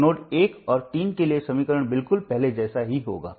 तो नोड्स 1 और 3 के लिए समीकरण बिल्कुल पहले जैसा ही होगा